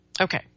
Okay